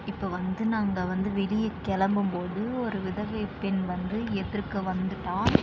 இப்போது வந்து நாங்கள் வந்து வெளியே கிளம்பும்போது ஒரு விதவைப் பெண் வந்து எதிர்க்க வந்துவிட்டா